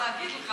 אין דבר,